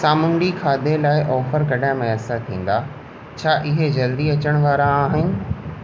सामूंडी खाधे लाइ ऑफर कॾहिं मुयसरु थींदा छा इहे जल्द ई अचनि वारा आहिनि